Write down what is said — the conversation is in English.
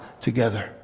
together